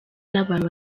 n’abantu